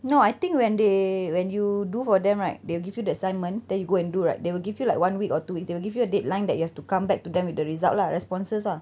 no I think when they when you do for them right they will give you the assignment then you go and do right they will give you like one week or two weeks they will give you a deadline that you have to come back to them with the result lah responses ah